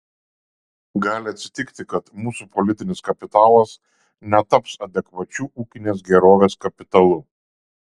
gali atsitikti kad mūsų politinis kapitalas netaps adekvačiu ūkinės gerovės kapitalu